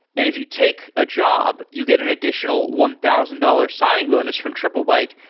if you take a job, you get an additional one thousand dollars signing bonus from triplebyte,